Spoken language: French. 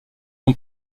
ont